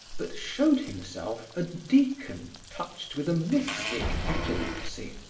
but showed himself a deacon touched with a mystic epilepsy,